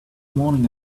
morning